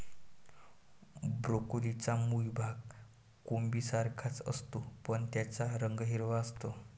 ब्रोकोलीचा मूळ भाग कोबीसारखाच असतो, पण त्याचा रंग हिरवा असतो